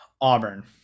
Auburn